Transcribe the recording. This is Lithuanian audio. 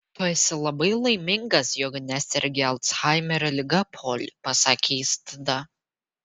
tu esi labai laimingas jog nesergi alzhaimerio liga poli pasakė jis tada